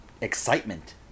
excitement